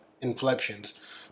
inflections